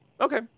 Okay